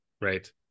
right